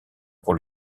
pour